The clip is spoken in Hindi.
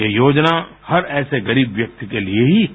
यह योजना हर ऐसे गरीब व्यक्ति के लिए ही हैं